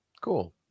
Cool